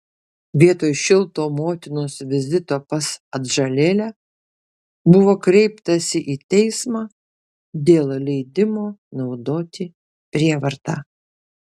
vietoj šilto motinos vizito pas atžalėlę buvo kreiptasi į teismą dėl leidimo naudoti prievartą